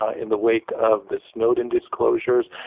ah in the wake of the snowden disclosures,